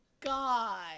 God